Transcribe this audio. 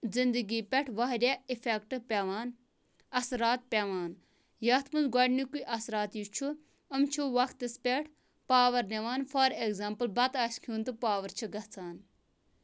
زندگی پٮ۪ٹھ واریاہ اِفیٚکٹ پیوان اثرات پیوان یَتھ مَنز گۄڈنِیُکُے اثرات یُس چھُ یِم چھِ وقتَس پٮ۪ٹھ پاوَر نِوان فار ایکزامپٕل بَتہٕ آسہِ کھیون نہٕ پاوَر چھ گَژھان